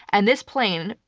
and this plane,